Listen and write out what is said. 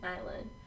Island